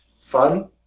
fun